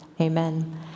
amen